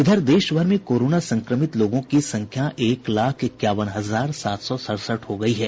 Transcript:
इधर देश भर में कोरोना संक्रमित लोगों की संख्या एक लाख इक्यावन हजार सात सौ सड़सठ हो गई है